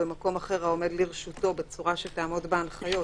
במקום אחר העומד לרשותו בצורה שתעמוד בהנחיות,